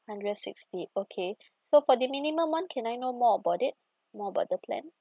hundred sixty okay so for the minimum one can I know more about it more about the plan